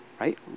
right